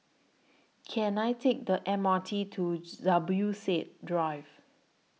Can I Take The M R T to Zubir Said Drive